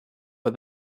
but